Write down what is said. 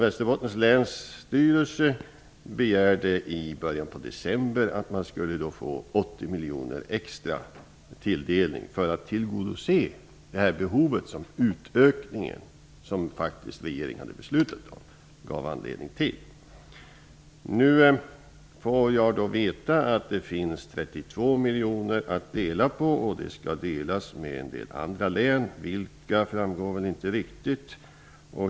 Västerbottens länsstyrelse begärde i början av december att man skulle få 80 miljoner extra tilldelning för att tillgodose det behov som utökningen -- som regeringen faktiskt hade beslutat om -- gav anledning till. Nu får jag veta att det finns 32 miljoner kronor och att beloppet skall delas upp på flera län. Vilka län det gäller framgår inte riktigt.